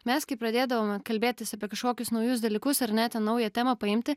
mes kaip pradėdavome kalbėtis apie kažkokius naujus dalykus ar ne ten naują temą paimti